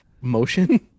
motion